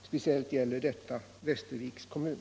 Speciellt gäller detta Västerviks kommun.